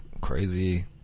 Crazy